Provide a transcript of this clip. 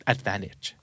Advantage